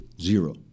Zero